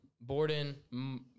Borden